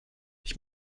ich